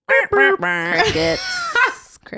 crickets